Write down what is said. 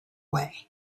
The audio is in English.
way